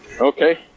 Okay